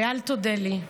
ואל תודה לי.